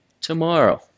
tomorrow